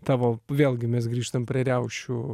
tavo vėlgi mes grįžtam prie riaušių